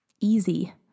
easy